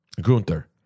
Gunther